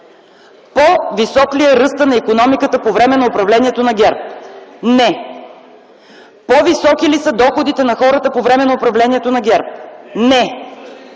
По-висок ли е ръстът на икономиката по време на управлението на ГЕРБ? Не. По-високи ли са доходите на хората по време на управлението на ГЕРБ? Не.